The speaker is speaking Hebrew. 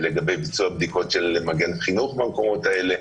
לגבי ביצוע בדיקות של "מגן חינוך" במקומות האלה.